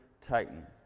titan